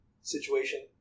situation